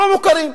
לא מוכרים.